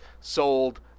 sold